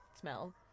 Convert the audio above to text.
smell